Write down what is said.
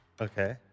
Okay